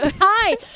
hi